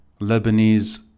lebanese